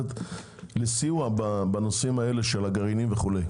לסיוע בנושאים האלה של הגרעינים וכו'.